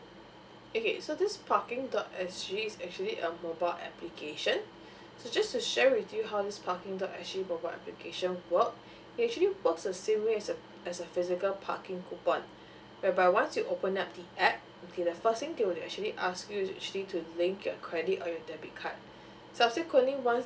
okay so this parking dot s g is actually a mobile application so just to share with you how this parking dot sg mobile application works it actually works the same way as a as a physical parking coupon whereby once you open up the app okay the first thing they will actually ask you is actually to link a credit or your debit card subsequently once